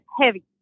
heavy